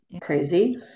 crazy